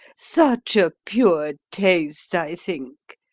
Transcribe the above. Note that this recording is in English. such a pure taste, i think.